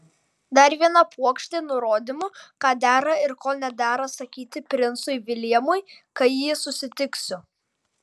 dar viena puokštė nurodymų ką dera ir ko nedera sakyti princui viljamui kai jį susitiksiu